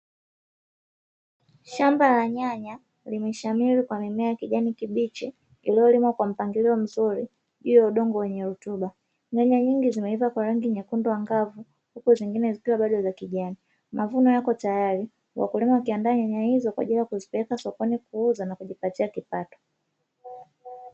Shamba la nyanya limeshamiri kwa mimea ya kijani kibichi iliyolimwa kwa mpangilio mzuri juu ya udongo wenye rutuba, nyanya nyingi zimeiva kwa rangi nyekundu angavu huku zingine zikiwa bado za kijani. Mavuno yako tayari wakulima wakiandaa nyanya hizo kwa ajili ya kuzipeleka sokoni kuuza na kujipatia kipato.